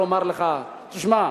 ולומר לך: תשמע,